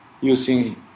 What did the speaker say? using